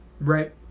Right